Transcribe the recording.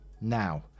Now